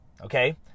Okay